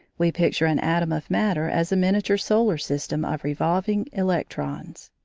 we picture an atom of matter as a miniature solar system of revolving electrons.